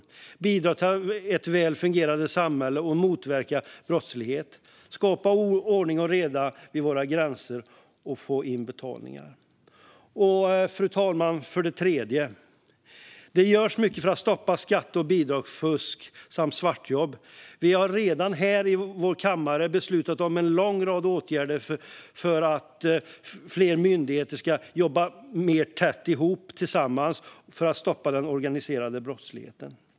De bidrar till ett väl fungerande samhälle, och de motverkar brottslighet, skapar ordning och reda vid våra gränser och får in betalningar. För det tredje görs det mycket för att stoppa skatte och bidragsfusk samt svartjobb. Vi har redan här i kammaren beslutat om en lång rad åtgärder för att fler myndigheter ska jobba tätare ihop och tillsammans för att stoppa den organiserade brottsligheten.